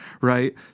right